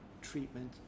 treatment